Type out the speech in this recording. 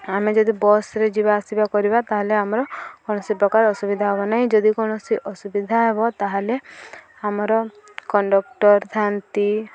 ଆମେ ଯଦି ବସ୍ରେ ଯିବା ଆସିବା କରିବା ତାହେଲେ ଆମର କୌଣସି ପ୍ରକାର ଅସୁବିଧା ହେବ ନାହିଁ ଯଦି କୌଣସି ଅସୁବିଧା ହେବ ତାହେଲେ ଆମର କଣ୍ଡକ୍ଟର